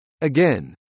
Again